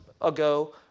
ago